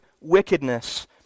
wickedness